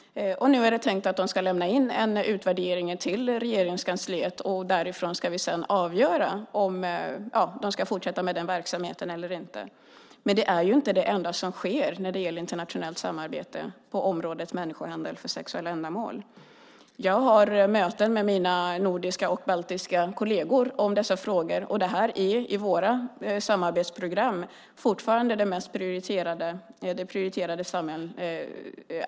Nu är det tänkt att de ska lämna in en utvärdering till Regeringskansliet. Därifrån ska vi sedan avgöra om de ska fortsätta med den verksamheten eller inte. Det är inte det enda som sker i internationellt samarbete på området människohandel för sexuella ändamål. Jag har möten med mina nordiska och baltiska kolleger om dessa frågor. Det är i våra samarbetsprogram fortfarande det mest prioriterade arbetsområdet för oss.